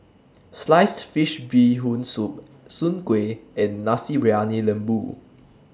Sliced Fish Bee Hoon Soup Soon Kueh and Nasi Briyani Lembu